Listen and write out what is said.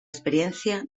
experiencia